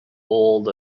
old